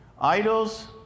Idols